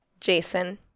Jason